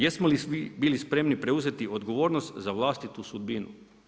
Jesmo li svi bili spremni preuzeti odgovornost za vlastitu sudbinu?